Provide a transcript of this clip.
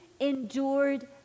endured